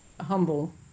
humble